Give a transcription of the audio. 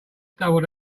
doubled